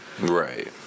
Right